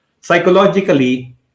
Psychologically